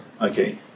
Okay